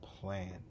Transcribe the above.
plan